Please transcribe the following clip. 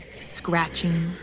Scratching